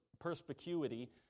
perspicuity